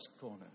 corner